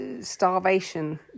starvation